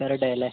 per day അല്ലേ